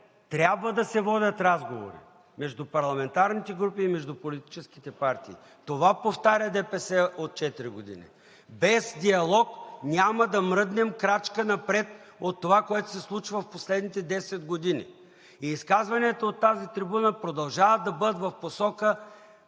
Трябва да се водят разговори между парламентарните групи и между политическите партии. Това повтаря ДПС от четири години. Без диалог няма да мръднем крачка напред от това, което се случва в последните десет години. И изказванията от тази трибуна продължават да бъдат в посока